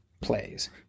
plays